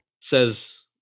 Says